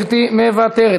מוותר.